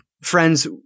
friends